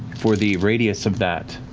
for the radius of that,